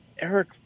eric